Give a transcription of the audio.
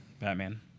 Batman